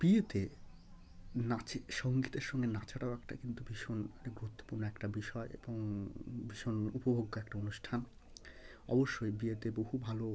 বিয়েতে নাচে সঙ্গীতের সঙ্গে নাচাটাও একটা কিন্তু ভীষণ আরে গুরুত্বপূর্ণ একটা বিষয় এবং ভীষণ উপভোগ্য একটা অনুষ্ঠান অবশ্যই বিয়েতে বহু ভালো